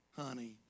honey